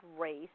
race